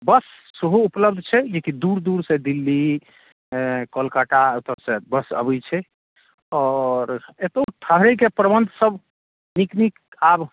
बस सेहो उपलब्ध छै जेकि दूर दूर से दिल्ली कोलकता ओतऽसँ बस अबैत छै आओर एतऽ ठहरेके प्रबंध सब नीक नीक आब